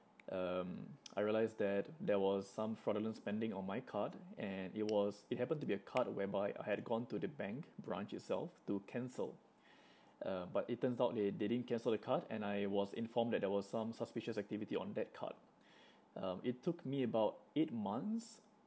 um I realised that there was some fraudulent spending on my card and it was it happened to be a card whereby I had gone to the bank branch itself to cancel uh but it turns out they they didn't cancel the card and I was informed that there was some suspicious activity on that card um it took me about eight months